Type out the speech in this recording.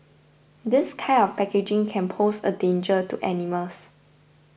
this kind of packaging can pose a danger to animals